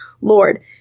Lord